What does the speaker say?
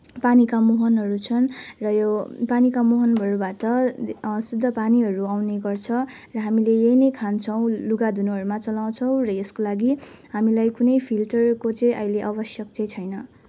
पानीका मुहानहरू छन् र यो पानीका मुहानहरूबाट शुद्ध पानीहरू आउने गर्छ र हामीले यही नै खान्छौँ लुगा धुनेहरूमा चलाउँछौँ र यसको लागि हामीलाई कुनै फिल्टरको चाहिँ आहिले आवश्यक चाहिँ छैन